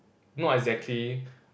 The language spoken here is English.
not exactly